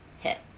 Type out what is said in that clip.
hit